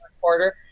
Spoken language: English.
quarter